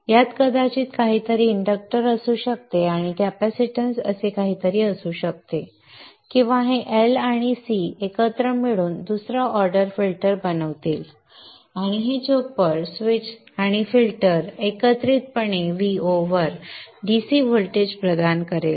यात कदाचित असे काहीतरी इंडक्टर असू शकते आणि कॅपॅसिटन्स असे काहीतरी असू शकते किंवा हे L आणि C एकत्र मिळून दुसरा ऑर्डर फिल्टर बनतील आणि हे चोपर स्विच आणि फिल्टर एकत्रितपणे Vo वर DC व्होल्टेज प्रदान करेल